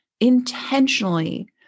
intentionally